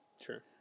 Sure